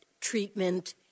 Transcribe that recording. treatment